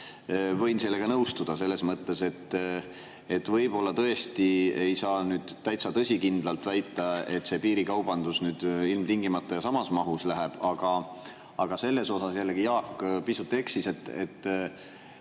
võin nõustuda. Selles mõttes, et võib-olla tõesti ei saa täitsa tõsikindlalt väita, et piirikaubandus ilmtingimata ja samas mahus [jätkub]. Aga selles osas jällegi Jaak pisut eksis, et